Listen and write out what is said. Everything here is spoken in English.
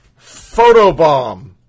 photobomb